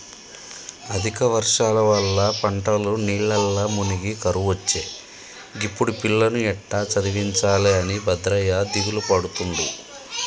అధిక వర్షాల వల్ల పంటలు నీళ్లల్ల మునిగి కరువొచ్చే గిప్పుడు పిల్లలను ఎట్టా చదివించాలె అని భద్రయ్య దిగులుపడుతుండు